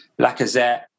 Lacazette